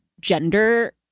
gender